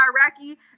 Iraqi